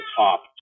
top